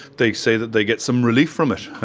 they say that they get some relief from it.